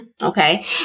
Okay